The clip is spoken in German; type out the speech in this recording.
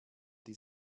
die